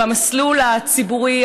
והמסלול הציבורי,